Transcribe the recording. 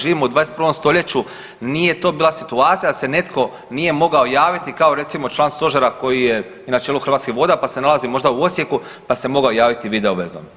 Živimo u 21. stoljeću nije to bila situacija da netko nije mogao javiti kao recimo član stožera koji je na čelu Hrvatskih voda pa se nalazi možda u Osijeku pa se mogao javiti videovezom.